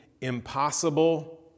impossible